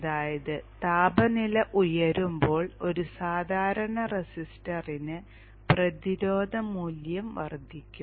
അതായത് താപനില ഉയരുമ്പോൾ ഒരു സാധാരണ റെസിസ്റ്ററിന് പ്രതിരോധ മൂല്യം വർദ്ധിക്കും